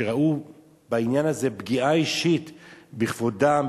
ראו בעניין הזה פגיעה אישית בכבודם,